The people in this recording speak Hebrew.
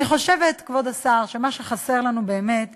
אני חושבת, כבוד השר, שמה שחסר לנו באמת זה,